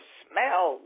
smell